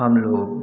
हम लोग